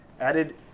added